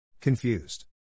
Confused